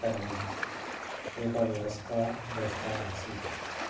करणे एका व्यवस्था दृष्टा आसीत्